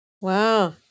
Wow